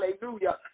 hallelujah